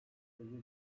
özür